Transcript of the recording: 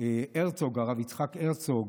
יצחק הרצוג,